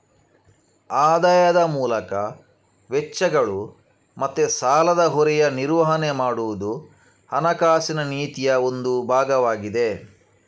ಆದಾಯದ ಮೂಲಕ ವೆಚ್ಚಗಳು ಮತ್ತೆ ಸಾಲದ ಹೊರೆಯ ನಿರ್ವಹಣೆ ಮಾಡುದು ಹಣಕಾಸಿನ ನೀತಿಯ ಒಂದು ಭಾಗವಾಗಿದೆ